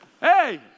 hey